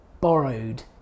borrowed